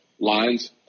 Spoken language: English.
lines